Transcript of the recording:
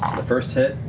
the first hit.